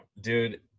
dude